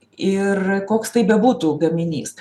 ir koks tai bebūtų gaminys